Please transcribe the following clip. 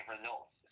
results